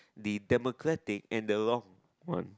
the democratic and the long run